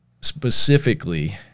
specifically